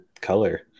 color